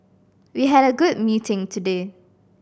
we had a good meeting today